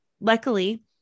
luckily